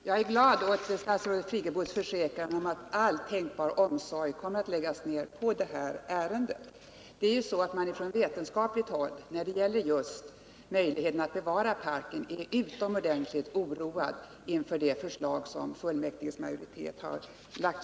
Herr talman! Jag är glad över statsrådet Friggebos försäkran om att all tänkbar omsorg kommer att läggas ned på detta ärende. På vetenskapligt håll är man nämligen utomordentligt oroad när det gäller möjligheterna att bevara parken om regeringen skulle fastställa kommunfullmäktiges förslag.